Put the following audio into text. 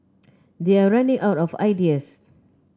they're running out of ideas